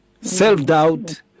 Self-doubt